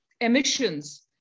emissions